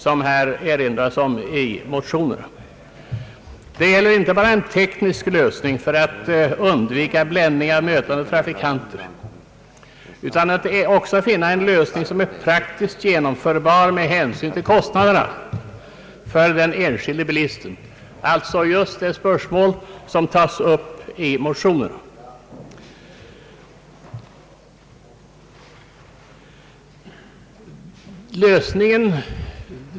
Det är här inte bara fråga om en teknisk lösning för att undvika bländning av mötande trafikanter, utan det gäller att finna en lösning som är praktiskt genomförbar med hänsyn till kostnaderna för den enskilde bilisten, alltså just det spörsmål som tas upp i motionerna.